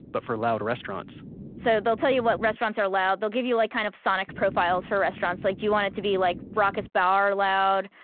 but for loud restaurants so they'll tell you what restaurants are loud, they'll give you like kind of sonic profiles for restaurants. it's like do you want it to be like raucous bar loud,